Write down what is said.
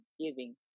giving